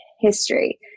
history